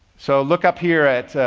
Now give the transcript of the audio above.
so look up here at,